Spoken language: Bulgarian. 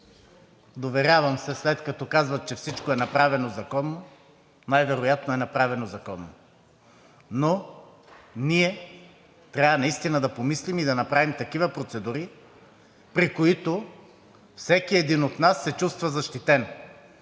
доверявам се, след като казват, че всичко е направено законно, най-вероятно е направено законно, но ние трябва наистина да помислим и да направим такива процедури, при които всеки един от нас се чувства защитен,